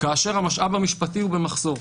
כאשר המשאב המשפטי הוא במחסור.